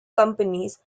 companies